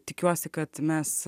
tikiuosi kad mes